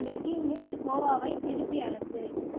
milky mist கோவாவை திருப்பி அனுப்பு